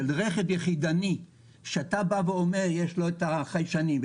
של רכב יחידני שאתה אומר שיש לו חיישנים,